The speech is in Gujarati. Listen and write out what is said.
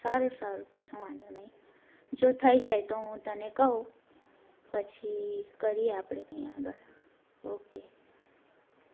સારું સારું કશો વાંધો નહીં જો થઈ જાય તો હું તને કહું પછી કરીએ આપણે કંઇ આગળ ઓકે